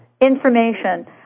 Information